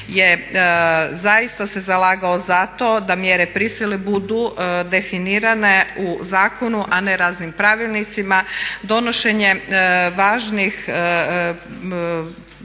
iz HDZ-a je zaista se zalagao za to da mjere prisile budu definirane u zakonu, a ne raznim pravilnicima. Donošenje važnih